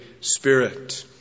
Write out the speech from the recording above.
Spirit